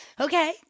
Okay